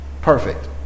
Perfect